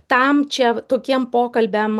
tam čia tokiem pokalbiam